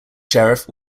sheriff